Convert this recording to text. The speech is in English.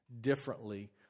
differently